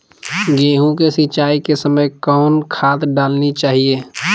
गेंहू के सिंचाई के समय कौन खाद डालनी चाइये?